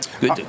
Good